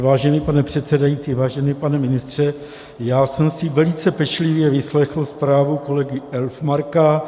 Vážený pane předsedající, vážený pane ministře, já jsem si velice pečlivě vyslechl zprávu kolegy Elfmarka.